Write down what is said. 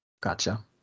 gotcha